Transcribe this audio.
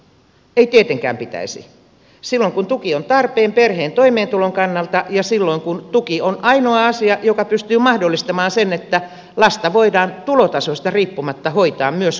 ei tietenkään pitäisi silloin kun tuki on tarpeen perheen toimeentulon kannalta ja silloin kun tuki on ainoa asia joka pystyy mahdollistamaan sen että lasta voidaan tulotasosta riippumatta hoitaa myös kotona